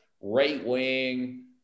right-wing